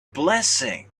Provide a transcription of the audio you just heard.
blessing